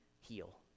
heal